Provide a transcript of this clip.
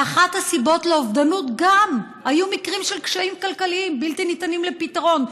ואחת הסיבות לאובדנות הייתה מקרים של קשיים כלכליים בלתי ניתנים לפתרון,